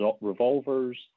revolvers